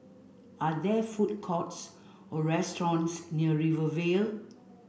are there food courts or restaurants near Rivervale